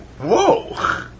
whoa